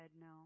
no